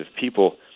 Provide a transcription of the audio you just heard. people